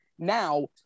Now